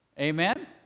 Amen